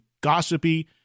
gossipy